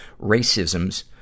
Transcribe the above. racism's